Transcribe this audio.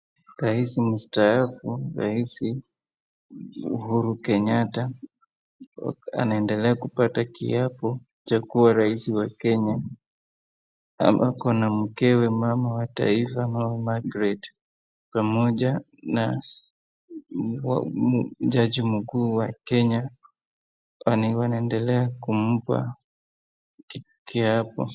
Rais mustaafu, rais Uhuru Kenyatta anaendelea kupata kiapo cha kuwa rais wa Kenya na ako na mkewe mama wa taifa mama Margret pamoja na jaji mkuu wa Kenya wanaendelea kumpa kiapo.